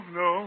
no